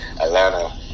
Atlanta